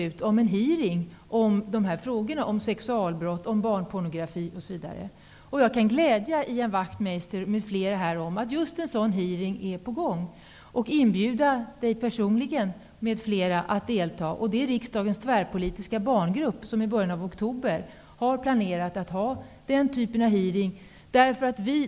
Han ville att det skulle anordnas en hearing om dessa frågor, om sexualbrott, om barnpornografi osv. Jag kan glädja Ian Wachtmeister m.fl. med att det är på gång just en sådan hearing. Jag inbjuder honom m.fl. personligen att delta i denna hearing. Riksdagens tvärpolitiska barngrupp har planerat att i början av oktober ha denna typ av hearing.